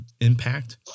impact